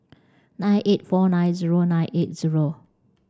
nine eight four nine zero nine eight zero